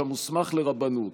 שם הוסמך לרבנות.